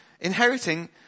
inheriting